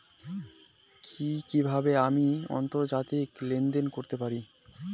কি কিভাবে আমি আন্তর্জাতিক লেনদেন করতে পারি?